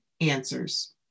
answers